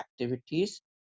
activities